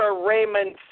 Raymond